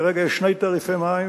כרגע יש שני תעריפי מים,